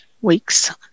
weeks